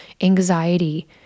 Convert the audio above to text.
anxiety